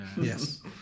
Yes